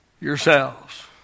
yourselves